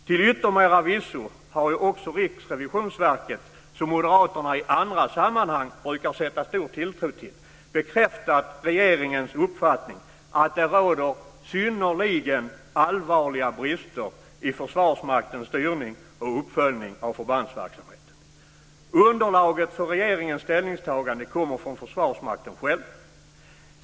Till yttermera visso har ju också Riksrevisionsverket, som moderaterna i andra sammanhang brukar fästa stor tilltro till, bekräftat regeringens uppfattning att det råder synnerligen allvarliga brister i Försvarsmaktens styrning och uppföljning av förbandsverksamheten. Underlaget för regeringens ställningstagande kommer från Försvarsmakten själv.